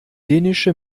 dänische